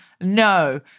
no